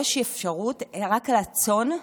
רק צאן.